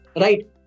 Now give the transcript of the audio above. right